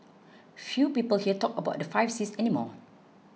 few people here talk about the five Cs any more